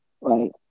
right